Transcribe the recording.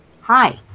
Hi